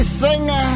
singer